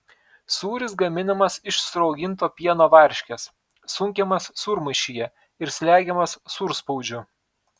sūris gaminamas iš surauginto pieno varškės sunkiamas sūrmaišyje ir slegiamas sūrspaudžiu